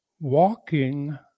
walking